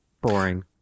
Boring